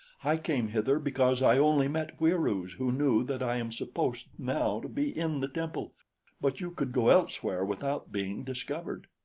i came hither because i only met wieroos who knew that i am supposed now to be in the temple but you could go elsewhere without being discovered.